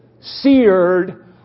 Seared